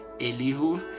Elihu